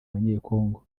abanyekongo